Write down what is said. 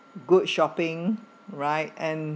good shopping right and